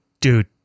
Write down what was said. dude